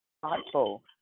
thoughtful